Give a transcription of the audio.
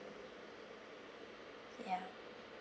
ya